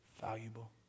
valuable